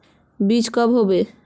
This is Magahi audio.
बीज कब होबे?